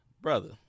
Brother